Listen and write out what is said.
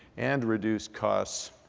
and reduce costs,